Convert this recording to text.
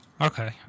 Okay